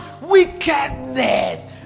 wickedness